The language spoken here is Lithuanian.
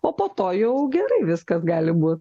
o po to jau gerai viskas gali būt